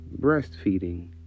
breastfeeding